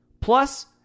Plus